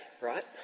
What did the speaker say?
Right